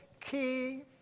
key